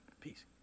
Peace